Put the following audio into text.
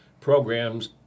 programs